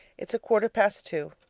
it's a quarter past two.